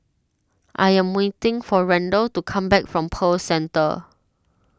I am waiting for Randall to come back from Pearl Centre